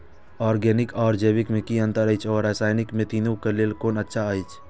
Organic आर जैविक में कि अंतर अछि व रसायनिक में तीनो क लेल कोन अच्छा अछि?